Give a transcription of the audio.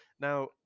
Now